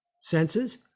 Senses